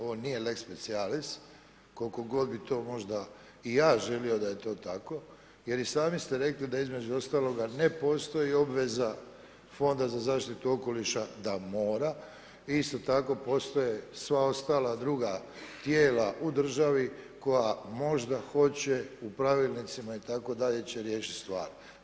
Ovo nije lex specijalis koliko god bi to možda i ja želio da je to tako, jer i sami ste rekli, da između ostaloga ne postoji obveza fonda za zaštitu okoliša, da mora, isto tako postoje i sva ostala druga tijela u državi, koja možda hoće u pravilnicima itd. će riješiti stvari.